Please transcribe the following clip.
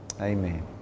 Amen